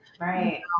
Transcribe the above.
Right